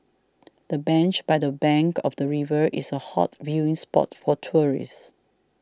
the bench by the bank of the river is a hot viewing spot for tourists